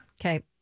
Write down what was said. Okay